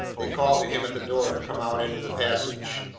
they called to him at the door to come out into the passage.